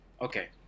Okay